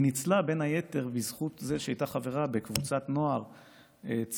היא ניצלה בין היתר בזכות זה שהיא הייתה חברה בקבוצת נוער ציונית,